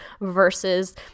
versus